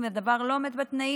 אם הדבר לא עומד בתנאים,